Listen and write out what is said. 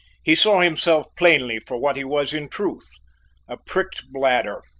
he saw himself plainly for what he was in truth a pricked bladder,